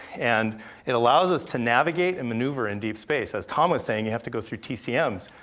and it allows us to navigate and maneuver in deep space. as tom was saying, you have to go through tcms,